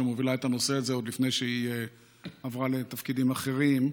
שמובילה את הנושא הזה עוד לפני שהיא עברה לתפקידים אחרים,